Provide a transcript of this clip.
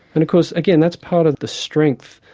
and of course again, that's part of the strength,